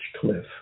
cliff